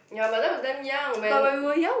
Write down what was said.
ya but that was damn young when